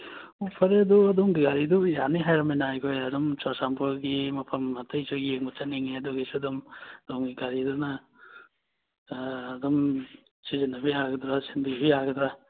ꯑꯣ ꯐꯔꯦ ꯑꯗꯣ ꯑꯗꯣꯝꯒꯤ ꯒꯥꯔꯤꯗꯨꯕꯨ ꯌꯥꯅꯤ ꯍꯥꯏꯔꯃꯤꯅ ꯑꯩꯈꯣꯏ ꯑꯗꯨꯝ ꯆꯨꯔꯥꯆꯥꯟꯄꯨꯔꯒꯤ ꯃꯐꯝ ꯑꯇꯩꯁꯨ ꯌꯦꯡꯕ ꯆꯠꯅꯤꯡꯏ ꯑꯗꯨꯒꯤꯁꯨ ꯑꯗꯨꯝ ꯑꯗꯣꯝꯒꯤ ꯒꯥꯔꯤꯗꯨꯅ ꯑꯗꯨꯝ ꯁꯤꯖꯤꯟꯅꯕ ꯌꯥꯒꯗ꯭ꯔ ꯁꯤꯟꯕꯤꯕ ꯌꯥꯒꯗ꯭ꯔ